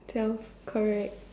sounds correct